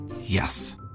Yes